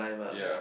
ya